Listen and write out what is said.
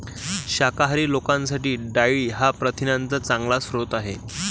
शाकाहारी लोकांसाठी डाळी हा प्रथिनांचा चांगला स्रोत आहे